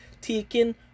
taking